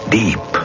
deep